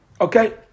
Okay